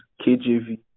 KJV